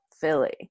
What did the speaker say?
Philly